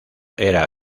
era